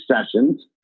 sessions